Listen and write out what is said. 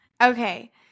Okay